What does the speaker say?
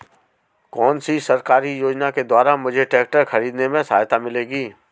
कौनसी सरकारी योजना के द्वारा मुझे ट्रैक्टर खरीदने में सहायता मिलेगी?